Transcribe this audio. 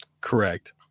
Correct